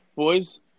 Boys